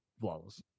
flawless